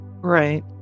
Right